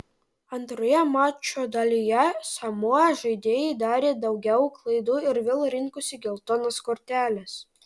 antroje mačo dalyje samoa žaidėjai darė daugiau klaidų ir vėl rinkosi geltonas korteles